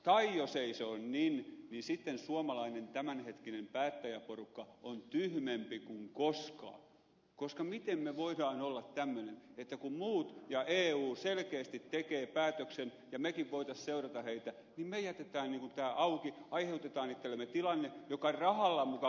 tai jos ei se ole niin niin sitten suomalainen tämänhetkinen päättäjäporukka on tyhmempi kuin koskaan koska miten me voimme olla tämmöisiä että kun muut ja eu selkeästi tekevät päätöksen ja mekin voisimme seurata heitä niin me jätämme tämän niin kuin auki aiheutamme itsellemme tilanteen joka rahalla muka korjattaisiin